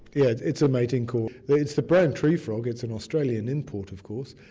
yeah it's it's a mating call. it's the brown tree frog, it's an australian import of course,